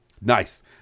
Nice